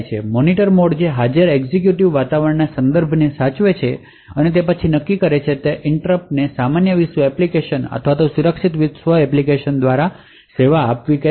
monitor mode જે હાલના executive વાતાવરણના કનટેક્સ્ટને સાચવે છે અને તે પછી નક્કી કરે છે કે તે ઇનટ્રપટને સામાન્ય વિશ્વ એપ્લિકેશન અથવા સુરક્ષિત વિશ્વ એપ્લિકેશન દ્વારા સેવા આપવો જોઈએ કે નહીં